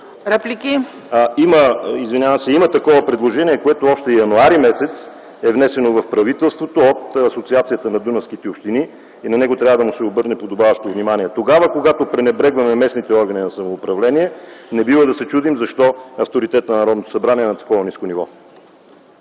Република България. Има такова предложение, което още през януари е внесено от Асоциацията на дунавските общини. На него трябва да му се обърне подобаващо внимание. Когато пренебрегваме местните органи на самоуправление, не бива да се чудим защо авторитетът на Народното събрание е на такова ниско ниво.